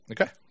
Okay